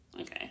Okay